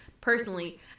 personally